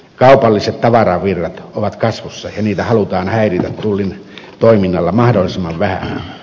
kaupalliset tavaravirrat ovat kasvussa ja niitä halutaan häiritä tullin toiminnalla mahdollisimman vähän